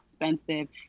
expensive